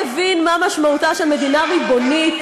לא מבין מה משמעותה של מדינה ריבונית,